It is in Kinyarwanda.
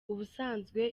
ubusanzwe